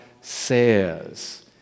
says